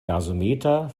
gasometer